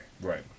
right